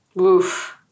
Oof